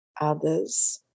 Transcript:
others